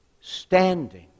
standing